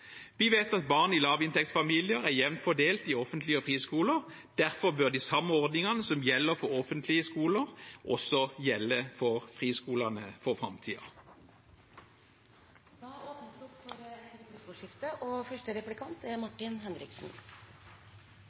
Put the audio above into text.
Vi vet at barn i lavinntektsfamilier er jevnt fordelt i offentlige skoler og friskoler. Derfor bør de samme ordningene som gjelder for offentlige skoler, også gjelde for friskolene for framtiden. Det blir replikkordskifte.